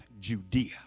Judea